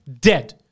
dead